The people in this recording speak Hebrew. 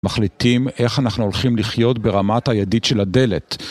מחליטים איך אנחנו הולכים לחיות ברמת הידית של הדלת.